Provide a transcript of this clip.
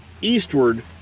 eastward